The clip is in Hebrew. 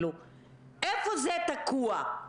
איפה זה תקוע?